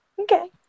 Okay